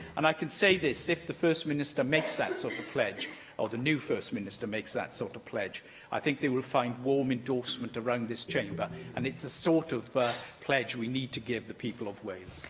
and i can say this if the first minister makes that sort of pledge or the new first minister makes that sort of pledge i think they will find warm endorsement around this chamber. and it's the sort of pledge we need to give the people of wales.